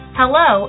hello